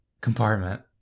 compartment